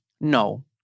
No